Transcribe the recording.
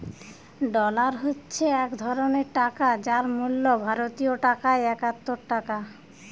dollar হচ্ছে এক ধরণের টাকা যার মূল্য ভারতীয় টাকায় একাত্তর টাকা